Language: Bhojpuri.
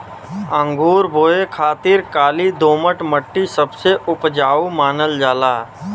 अंगूर बोए खातिर काली दोमट मट्टी सबसे उपजाऊ मानल जाला